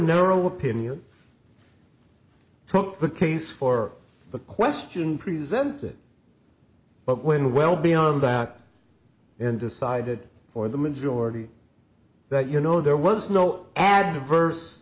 narrow opinion took the case for the question presented but when well beyond that and decided for the majority that you know there was no adverse